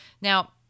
Now